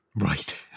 Right